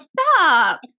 stop